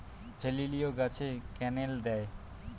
হেলিলিও গাছে ক্যানেল দেয়?